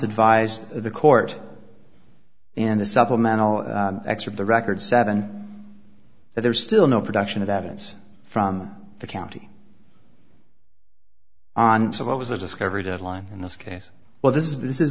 advised the court in the supplemental xor of the record seven that there is still no production of evidence from the county on so what was a discovery deadline in this case well this is this is